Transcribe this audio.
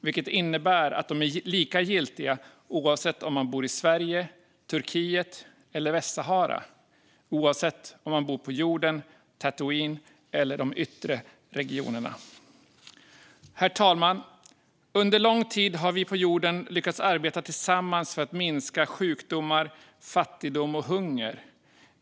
Det innebär att de är lika giltiga oavsett om man bor i Sverige, Turkiet eller Västsahara, oavsett om man bor på jorden, på Tatooine eller i de yttre territorierna. Herr talman! Under lång tid har vi på jorden lyckats arbeta tillsammans för att minska sjukdomar, fattigdom och hunger.